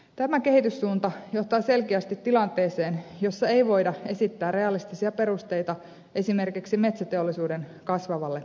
tämä kehityssuunta johtaa selkeästi tilanteeseen jossa ei voida esittää realistisia perusteita esimerkiksi metsäteollisuuden kasvavalle energiantarpeelle